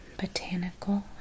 botanical